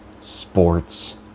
sports